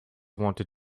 wanted